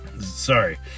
sorry